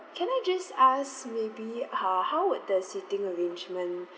can I just ask maybe how how would the sitting arrangement